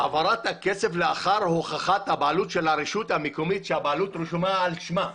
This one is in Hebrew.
העברת הכסף לאחר הוכחת הבעלות של הרשות המקומית שהבעלות רשומה על שמה.